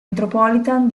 metropolitan